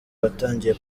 batangiye